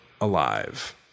alive